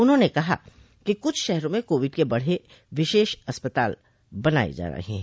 उन्होंने कहा कि कुछ शहरों में कोविड के बडे विशेष अस्पताल बनाए जा रहे हैं